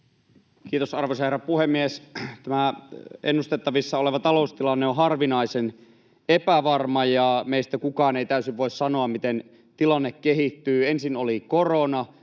Kiitos, arvoisa herra puhemies! Ennustettavissa oleva taloustilanne on harvinaisen epävarma, ja meistä kukaan ei täysin voi sanoa, miten tilanne kehittyy. Ensin oli korona,